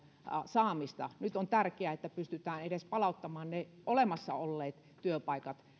saamista nyt on tärkeää että pystytään edes palauttamaan ne olemassa olleet työpaikat